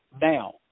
Now